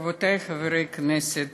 רבותי חברי הכנסת,